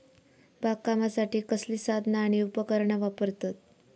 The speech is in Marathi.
बागकामासाठी कसली साधना आणि उपकरणा वापरतत?